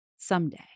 Someday